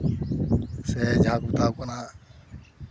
ᱥᱮ ᱡᱟᱦᱟᱸ ᱠᱚ ᱢᱮᱛᱟ ᱠᱚ ᱠᱟᱱᱟ